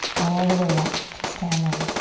all the way up to standing.